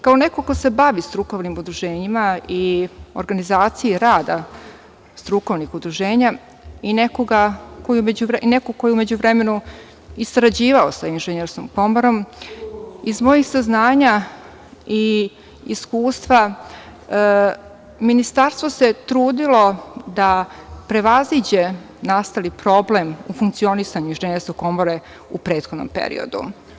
Kao neko ko se bavi strukovnim udruženjima i organizacije rada strukovnih udruženja i nekoga ko je u međuvremenu i sarađivao i sa Inženjerskom komorom, iz mojih saznanja i iskustva Ministarstvo se trudilo da prevaziđe nastali problem u funkcionisanju Inženjerske komore u prethodnom periodu.